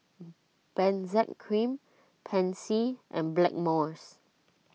Benzac Cream Pansy and Blackmores